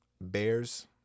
Bears